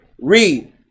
Read